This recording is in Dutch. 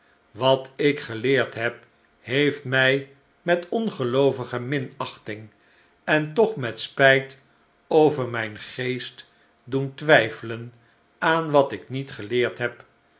wat ik geleerd heb heeft mij met ongeloovige minachting en toch met spijt over mijn geest doen twijfelen aan wat ik niet geleerd heb